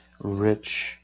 rich